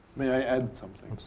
may i add something?